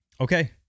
Okay